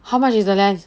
how much is the lens